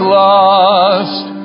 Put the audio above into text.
lost